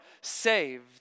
saved